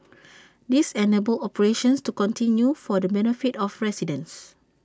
this enabled operations to continue for the benefit of residents